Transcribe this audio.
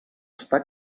està